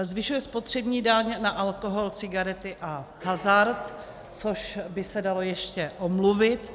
Zvyšuje spotřební daň na alkohol, cigarety a hazard, což by se dalo ještě omluvit.